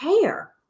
care